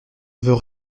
veut